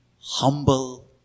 humble